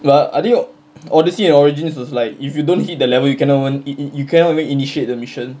but I think odyssey and origins was like if you don't hit the level you cannot even you you cannot even initiate the mission